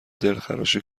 دلخراش